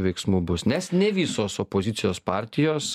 veiksmų bus nes ne visos opozicijos partijos